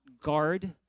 guard